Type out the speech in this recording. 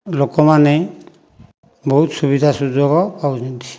ଲୋକମାନେ ବହୁତ ସୁବିଧା ସୁଯୋଗ ପାଉଛନ୍ତି